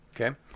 Okay